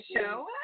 show